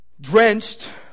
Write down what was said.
drenched